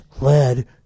led